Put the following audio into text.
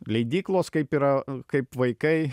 leidyklos kaip yra kaip vaikai